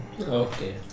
okay